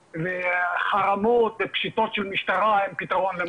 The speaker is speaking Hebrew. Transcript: חרמות ופשיטות של משטרה הם פתרון.